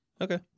Okay